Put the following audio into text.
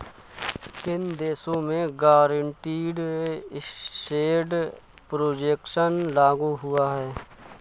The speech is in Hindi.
किन देशों में गारंटीड एसेट प्रोटेक्शन लागू हुआ है?